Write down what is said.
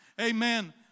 amen